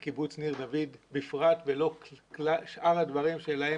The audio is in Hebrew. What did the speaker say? בקיבוץ ניר דוד בפרט ולא שאר הדברים שלהם